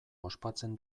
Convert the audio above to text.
ospatzen